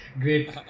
great